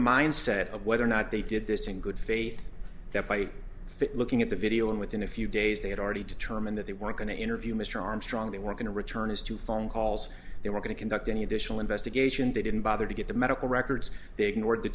mind set of whether or not they did this in good faith that by looking at the video and within a few days they had already determined that they weren't going to interview mr armstrong they were going to return his two phone calls they were going to conduct any additional investigation they didn't bother to get the medical records they ignored the